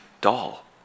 doll